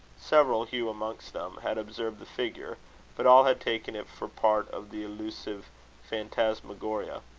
several, hugh amongst them, had observed the figure but all had taken it for part of the illusive phantasmagoria.